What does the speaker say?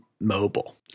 mobile